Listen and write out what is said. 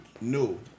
No